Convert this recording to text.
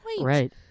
Right